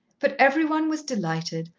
but every one was delighted,